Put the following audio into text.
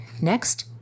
Next